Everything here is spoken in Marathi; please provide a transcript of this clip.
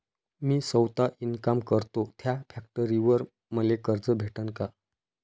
मी सौता इनकाम करतो थ्या फॅक्टरीवर मले कर्ज भेटन का?